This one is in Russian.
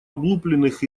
облупленных